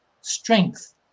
strength